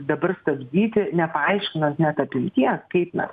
dabar stabdyti nepaaiškinant net apimties kaip mes